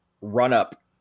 run-up